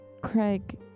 Craig